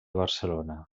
barcelona